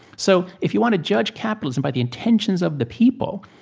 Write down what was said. so if you want to judge capitalism by the intentions of the people,